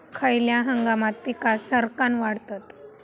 खयल्या हंगामात पीका सरक्कान वाढतत?